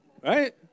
Right